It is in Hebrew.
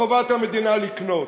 חובת המדינה לקנות.